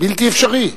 בלתי אפשרי.